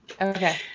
Okay